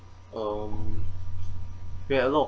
um we have a lot